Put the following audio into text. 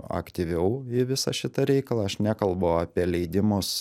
aktyviau į visą šitą reikalą aš nekalbu apie leidimus